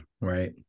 Right